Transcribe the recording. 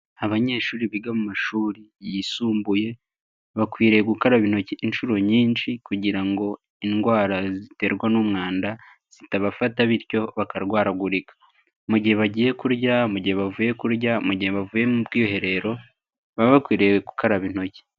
Abanyeshuri biga mu mashuri yisumbuye, bakwiriye gukaraba intoki inshuro nyinshi kugira ngo indwara ziterwa n'umwanda, zitabafata bityo bakarwaragurika. Mu gihe bagiye kurya, mu gihe bavuye kurya, mu gihe bavuye mu bwiherero, baba bakwiriye gukaraba intoki.